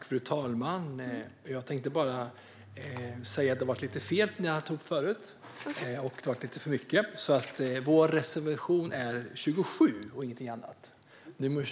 Fru talman! Jag tänkte bara säga att det blev lite fel och lite för mycket i mitt yrkande tidigare. Vår reservation är nr 27 och ingenting annat.